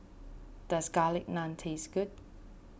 does Garlic Naan taste good